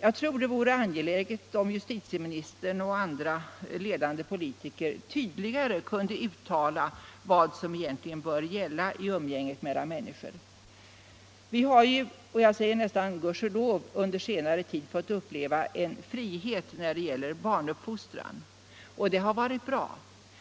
Jag tror det vore angeläget att justitieministern och andra ledande politiker tydligare kunde uttala vad som egentligen bör gälla i umgänget mellan människor. Vi har ju — och jag säger nästan gudskelov — under senare tid fått uppleva en frihet när det gäller barnuppfostran. Det har varit bra.